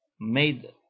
made